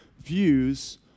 views